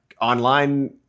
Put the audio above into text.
online